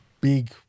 Big